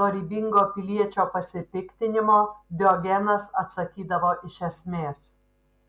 dorybingo piliečio pasipiktinimo diogenas atsakydavo iš esmės